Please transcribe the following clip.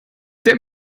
der